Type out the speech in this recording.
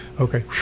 okay